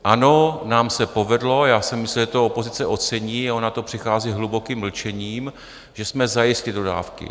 Ano, nám se povedlo já jsem myslel, že to opozice ocení, a ona to přechází hlubokým mlčením že jsme zajistili dodávky.